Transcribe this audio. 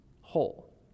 whole